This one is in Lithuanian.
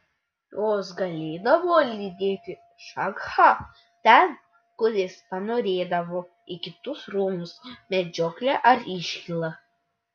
jos galėdavo lydėti šachą ten kur jis panorėdavo į kitus rūmus medžioklę ar iškylą